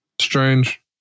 strange